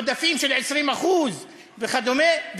עודפים של 20% וכדומה,